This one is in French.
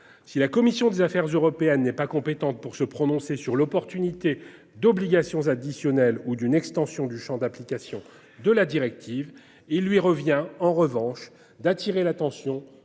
Si la commission des Affaires européennes n'est pas compétente pour se prononcer sur l'opportunité d'obligations additionnelles ou d'une extension du Champ d'application de la directive, il lui revient en revanche d'attirer l'attention